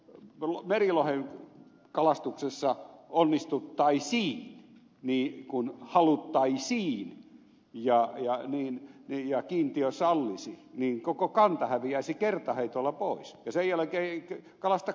jos merilohen kalastuksessa onnistuttaisiin niin kuin haluttaisiin ja kiintiö sallisi niin koko kanta häviäisi kertaheitolla pois ja sen jälkeen ei kalasta kukaan